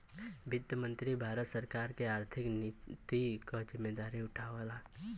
वित्त मंत्री भारत सरकार क आर्थिक नीति क जिम्मेदारी उठावला